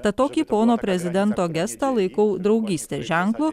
tad tokį pono prezidento gestą laikau draugystės ženklu